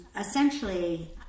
essentially